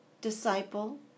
disciple